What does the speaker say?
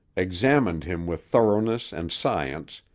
examined him with thoroughness and science,